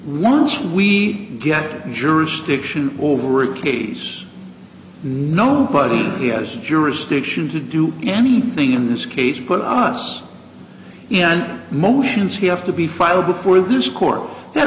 once we get jurisdiction over a case nobody here has jurisdiction to do anything in this case put on us and motions he have to be filed before this court th